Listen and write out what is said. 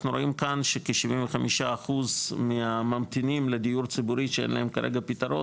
אנחנו רואים כאן שכ-75% מהממתינים לדיור ציבורי שאין להם כרגע פתרון,